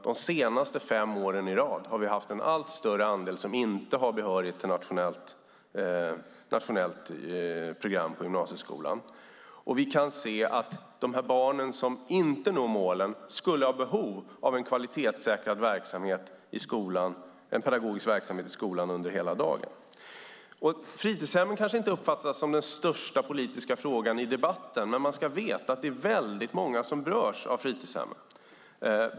De senaste fem åren i rad har vi sett en allt större andel som inte har behörighet till nationellt program på gymnasieskolan. Vi kan se att de barn som inte når målen skulle ha behov av en kvalitetssäkrad verksamhet i skolan, en pedagogisk verksamhet i skolan under hela dagen. Fritidshemmen kanske inte uppfattas som den största politiska frågan i debatten. Men man ska veta att det är väldigt många som berörs av fritidshemmen.